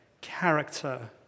character